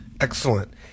Excellent